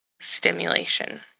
stimulation